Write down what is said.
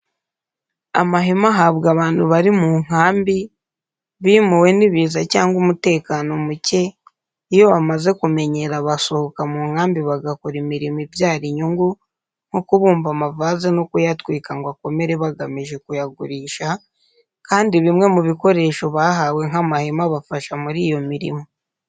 Amahema ahabwa abantu bari mu nkambi, bimuwe n'ibiza cyangwa umutekano mucye; iyo bamaze kumenyera basohoka mu nkambi bagakora imirimo ibyara inyungu nko kubumba amavaze no kuyatwika ngo akomere bagamije kuyagurisha, kandi bimwe mu bikoresho bahawe nk'amahema abafasha muri iyo mirimo.